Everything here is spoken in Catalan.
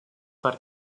per